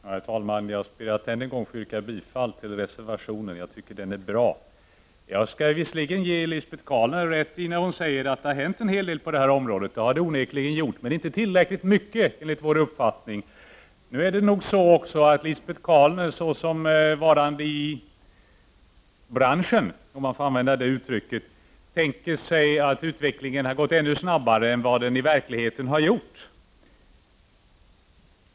Herr talman! Jag ber än en gång att få yrka bifall till reservationen. Jag tycker att den är bra. Jag skall ge Lisbet Calner rätt i att det onekligen har hänt en hel del på detta område, men inte tillräckligt mycket, enligt vår uppfattning. Lisbet Calner som — om man får använda det uttrycket — själv är i branschen tänker sig att utvecklingen har gått ännu snabbare än vad den i verkligheten har gjort.